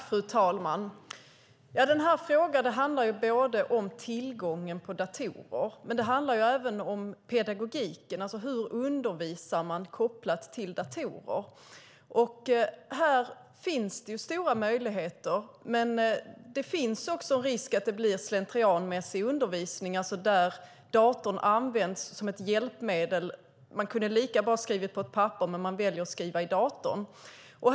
Fru talman! Den här frågan handlar om tillgången på datorer, men den handlar även om pedagogiken, alltså hur man undervisar kopplat till datorer. Här finns det stora möjligheter, men det finns också en risk att det blir slentrianmässig undervisning där datorn används som ett hjälpmedel. Man kunde lika bra ha skrivit på ett papper men man väljer att skriva i datorn.